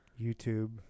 YouTube